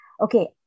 Okay